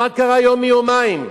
מה קרה יום מיומיים?